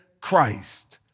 Christ